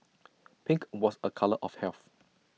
pink was A colour of health